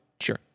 Sure